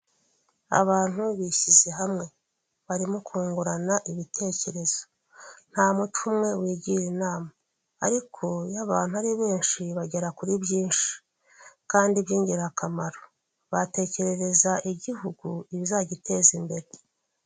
Abantu bishyize hamwe barimo kungurana ibitekerezo. Nta mutwe umwe wigira inama, ariko iyo abantu ari benshi bagera kuri byinshi kandi b'yingirakamaro. Batekerereza igihugu ibizagiteza imbere.